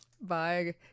Bye